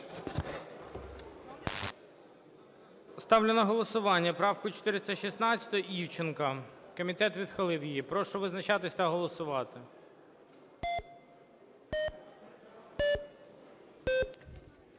Ставлю на голосування правку 416 Івченка. Комітет відхилив її. Прошу визначатися та голосувати. 17:03:54